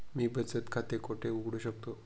मी बचत खाते कोठे उघडू शकतो?